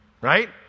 Right